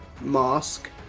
mask